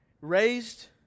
raised